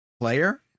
player